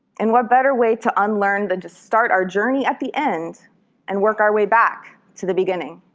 and what better way to unlearn than to start our journey at the end and work our way back to the beginning?